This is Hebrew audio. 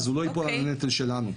אז הוא לא ייפול כנטל שלנו.